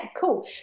cool